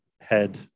head